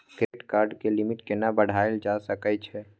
Credit card के limit केना बढायल जा सकै छै?